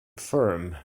firm